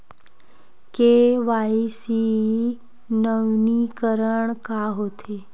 KYC नवीनीकरण का होथे?